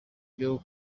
byo